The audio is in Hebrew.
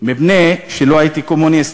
מפני שלא הייתי קומוניסט,